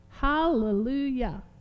hallelujah